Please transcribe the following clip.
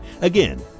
Again